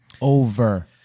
over